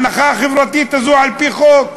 ההנחה החברתית הזו, על-פי חוק.